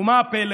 ומה הפלא?